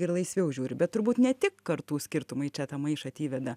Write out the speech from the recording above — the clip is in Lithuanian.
ir laisviau žiūri bet turbūt ne tik kartų skirtumai čia tą maišatį įveda